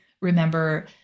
remember